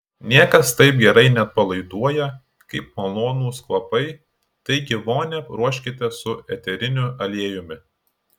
niekas taip gerai neatpalaiduoja kaip malonūs kvapai taigi vonią ruoškite su eteriniu aliejumi